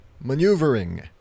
maneuvering